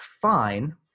fine